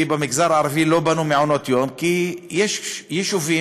כי במגזר הערבי לא בנו מעונות-יום, כי יש יישובים